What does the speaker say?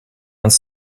uns